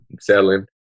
selling